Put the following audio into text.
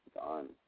gone